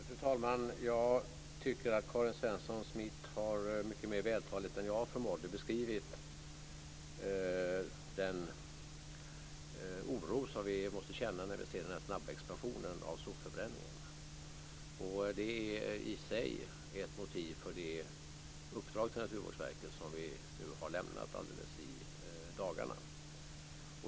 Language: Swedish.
Fru talman! Jag tycker att Karin Svensson Smith mycket mer vältaligt än jag förmådde har beskrivit den oro som vi måste känna när vi ser den snabba expansionen av sopförbränningen. Det är i sig ett motiv för det uppdrag som vi har lämnat till Naturvårdsverket alldeles i dagarna.